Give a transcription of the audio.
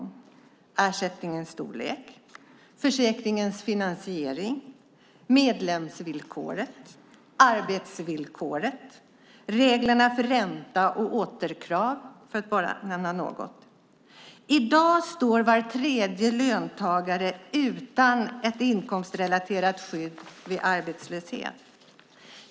Det har gällt ersättningens storlek, försäkringens finansiering, medlemsvillkoret, arbetsvillkoret, reglerna för ränta och återkrav, för att nämna några. I dag står var tredje löntagare utan ett inkomstrelaterat skydd vid arbetslöshet.